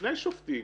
שני שופטים,